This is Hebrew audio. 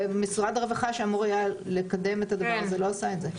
משרד הרווחה שאמור היה לקדם את הדבר הזה לא עשה את זה.